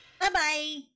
Bye-bye